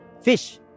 Fish